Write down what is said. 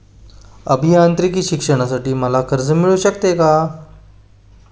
अभियांत्रिकी शिक्षणासाठी मला कर्ज मिळू शकते का?